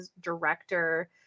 director